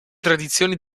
tradizioni